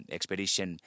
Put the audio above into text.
Expedition